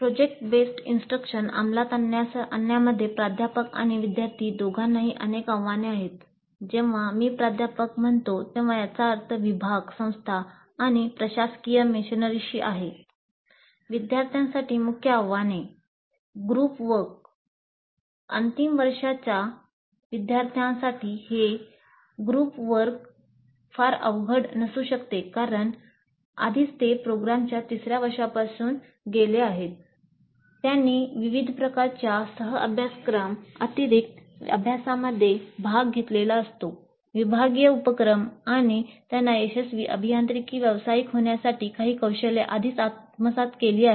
प्रकल्प आधारित सूचना विद्यार्थ्यांसाठी मुख्य आव्हाने फार अवघड नसू शकते कारण आधीच ते प्रोग्रामच्या 3 वर्षांपासून गेले आहेत त्यांनी विविध प्रकारच्या सह अभ्यासक्रमअतिरिक्त अभ्यासांमध्ये भाग घेतलेला असतो विभागीय उपक्रम आणि त्यांनी यशस्वी अभियांत्रिकी व्यावसायिक होण्यासाठी काही कौशल्ये आधीच आत्मसात केली आहेत